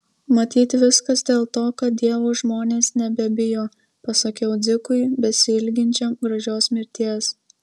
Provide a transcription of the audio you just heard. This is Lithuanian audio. matyt viskas dėl to kad dievo žmonės nebebijo pasakiau dzikui besiilginčiam gražios mirties